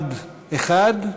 מועמד אחד,